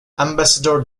ambassador